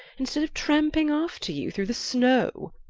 instead of tramping after you through the snow,